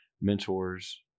mentors